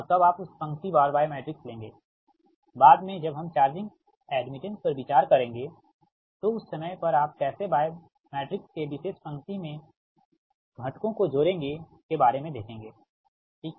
और कब आप उस पंक्ति वार y मैट्रिक्स लेंगे बाद में जब हम चार्जिंग एड्मिटेंस पर विचार करेंगे तो उस समय पर आप कैसे y मैट्रिक्स के विशेष पंक्ति में तत्वों को जोड़ेंगे के बारे में देखेंगे ठीक है